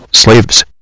slaves